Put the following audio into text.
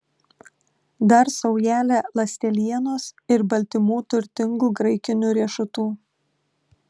dar saujelę ląstelienos ir baltymų turtingų graikinių riešutų